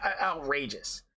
outrageous